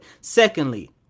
Secondly